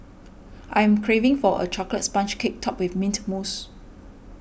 I'm craving for a chocolates sponge cake topped with Mint Mousse